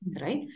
right